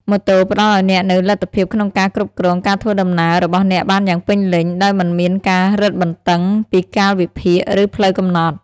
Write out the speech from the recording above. ម៉ូតូផ្តល់ឱ្យអ្នកនូវលទ្ធភាពក្នុងការគ្រប់គ្រងការធ្វើដំណើររបស់អ្នកបានយ៉ាងពេញលេញ ដោយមិនមានការរឹតបន្តឹងពីកាលវិភាគ ឬផ្លូវកំណត់។